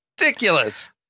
ridiculous